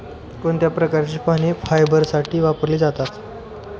कोणत्या प्रकारची पाने फायबरसाठी वापरली जातात?